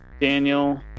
Daniel